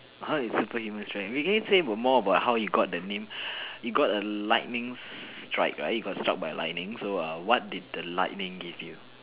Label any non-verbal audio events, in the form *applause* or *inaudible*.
how you get superhuman strength did can you say more about how you got that name *breath* you got a lightning strike right you got struck by lightning so err what did the lightning give you